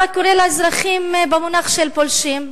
אתה קורא לאזרחים "פולשים".